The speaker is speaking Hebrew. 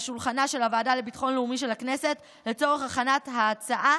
שולחנה של הוועדה לביטחון לאומי של הכנסת לצורך הכנת ההצעה